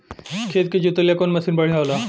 खेत के जोतईला कवन मसीन बढ़ियां होला?